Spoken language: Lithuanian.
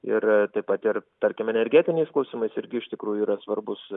ir taip pat ir tarkim energetiniais klausimais irgi iš tikrųjų yra svarbūs